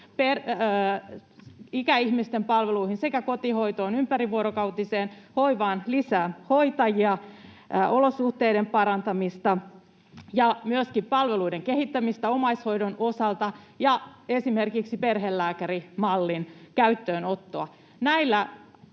ikäihmisten palveluihin sekä kotihoitoon, ympärivuorokautiseen hoivaan lisää hoitajia, olosuhteiden parantamista ja myöskin palveluiden kehittämistä omaishoidon osalta ja esimerkiksi perhelääkärimallin käyttöönottoa.